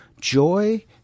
Joy